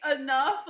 enough